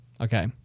Okay